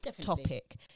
topic